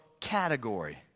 category